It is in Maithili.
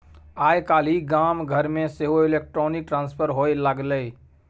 आय काल्हि गाम घरमे सेहो इलेक्ट्रॉनिक ट्रांसफर होए लागलै